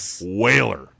whaler